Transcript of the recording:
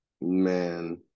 man